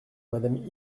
madame